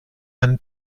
einen